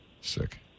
Sick